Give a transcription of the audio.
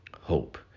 hope